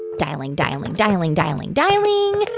dialing, dialing, dialing, dialing, dialing